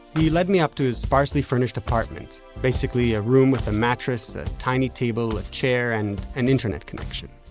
he led me up to his sparsely furnished apartment basically a room with a mattress, a tiny table, a chair and an internet connection